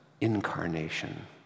incarnation